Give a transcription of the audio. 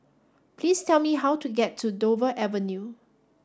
please tell me how to get to Dover Avenue